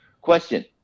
Question